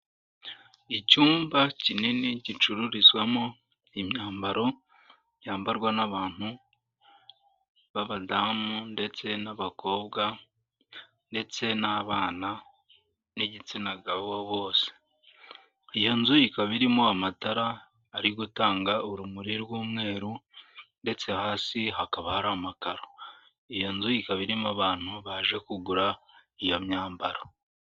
Icyumba kinini gicururizwamo imyambaro yambarwa n'abantu b'abadamu ndetse n'abakobwa ndetse n'abana b'igitsina gabo bose iyo nzu ikaba irimo amatara ari gutanga urumuri rw'umweru ndetse hasi hakaba hari amakaro, iyo nzu ikaba irimo abantu baje kugura iyo myambaro.